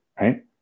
right